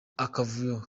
akavuyo